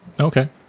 Okay